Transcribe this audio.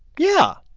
yeah.